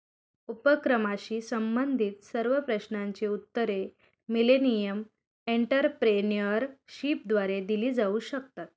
उपक्रमाशी संबंधित सर्व प्रश्नांची उत्तरे मिलेनियम एंटरप्रेन्योरशिपद्वारे दिली जाऊ शकतात